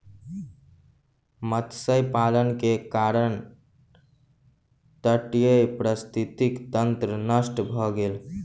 मत्स्य पालन के कारण तटीय पारिस्थितिकी तंत्र नष्ट भ गेल